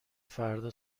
فردا